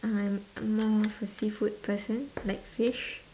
I'm more of a seafood person like fish